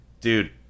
dude